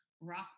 rock